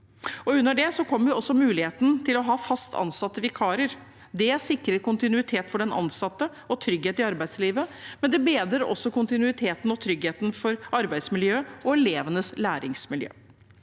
Under det kommer også muligheten til å ha fast ansatte vikarer. Det sikrer kontinuitet for den ansatte og trygghet i arbeidslivet, men det bedrer også kontinuiteten og tryggheten for arbeidsmiljøet og elevenes læringsmiljø.